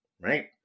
right